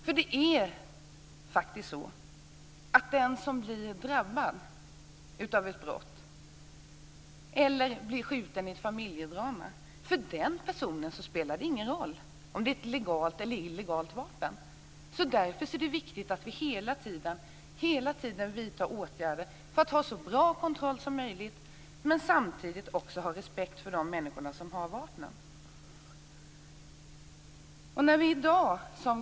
För en person som blir drabbad av ett brott eller blir skjuten i ett familjedrama spelar det ingen roll om det är ett legalt eller illegalt vapen. Därför är det viktigt att vi hela tiden vidtar åtgärder för att ha så bra kontroll som möjligt, men att vi samtidigt också har respekt för de människor som har vapnen.